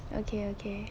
okay okay